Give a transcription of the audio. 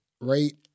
Right